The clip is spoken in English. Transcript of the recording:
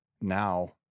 now